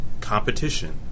competition